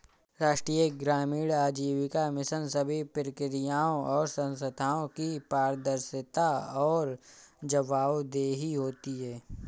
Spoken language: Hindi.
राष्ट्रीय ग्रामीण आजीविका मिशन सभी प्रक्रियाओं और संस्थानों की पारदर्शिता और जवाबदेही होती है